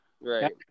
Right